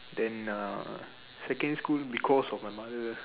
then uh secondary school because of my mother